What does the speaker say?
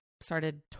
started